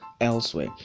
elsewhere